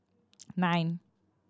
nine